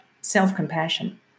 self-compassion